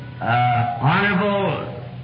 Honorable